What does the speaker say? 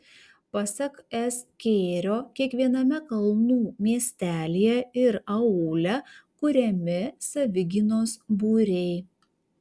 pasak s kėrio kiekviename kalnų miestelyje ir aūle kuriami savigynos būriai